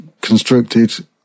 constructed